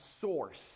source